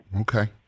Okay